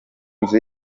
nzi